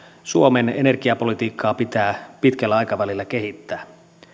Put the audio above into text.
suomen energiapolitiikkaa pitää pitkällä aikavälillä kehittää